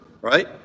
right